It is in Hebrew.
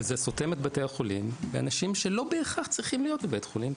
וזה סותם את בתי החולים באנשים שלא בהכרח צריכים להיות בבית חולים,